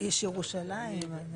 איש ירושלים.